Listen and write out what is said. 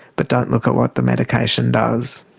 but don't look at what the medication does.